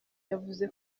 yavuze